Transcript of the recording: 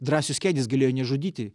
drąsius kedys galėjo nežudyti